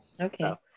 Okay